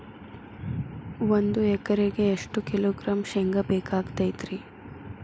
ಒಂದು ಎಕರೆಗೆ ಎಷ್ಟು ಕಿಲೋಗ್ರಾಂ ಶೇಂಗಾ ಬೇಕಾಗತೈತ್ರಿ?